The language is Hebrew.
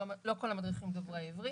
לא כל המדריכים הם דוברי עברית.